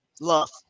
Love